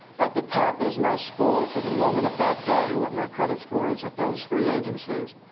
at the top is my score for the moment of that day, what my credit score is at those three agencies.